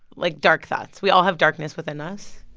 like, dark thoughts. we all have darkness within us?